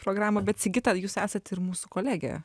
programą bet sigita jūs esat ir mūsų kolegė